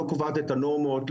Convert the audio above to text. לא קובעת את הנורמות,